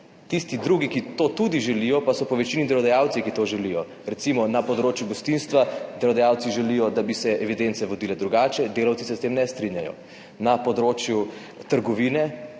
Tisti drugi, ki to tudi želijo, pa so po večini delodajalci, ki to želijo. Recimo na področju gostinstva delodajalci želijo, da bi se evidence vodile drugače, delavci se s tem ne strinjajo. Tudi na področju trgovine